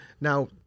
Now